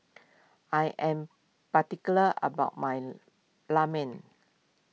I am particular about my Ramen